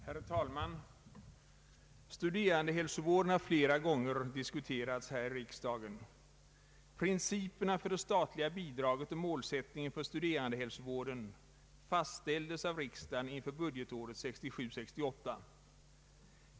Herr talman! Studerandehälsovården har flera gånger diskuterats här i riksdagen. Principerna för det statliga bidraget och målsättningen för studerandehälsovården fastställdes av riksdagen inför budgetåret 1967/68.